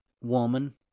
woman